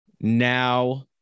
now